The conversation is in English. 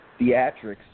theatrics